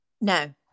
no